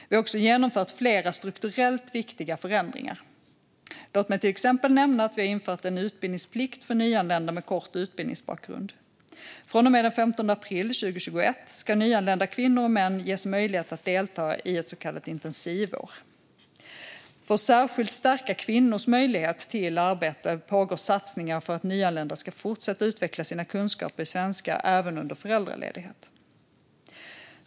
Vi har också genomfört flera strukturellt viktiga förändringar. Låt mig till exempel nämna att vi har infört en utbildningsplikt för nyanlända med kort utbildningsbakgrund. Från och med den 15 april 2021 ska nyanlända kvinnor och män ges möjlighet att delta i ett så kallat intensivår. För att särskilt stärka kvinnors möjlighet till arbete pågår satsningar för att nyanlända ska fortsätta att utveckla sina kunskaper i svenska även under föräldraledighet.